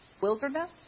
wilderness